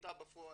הקליטה בפועל,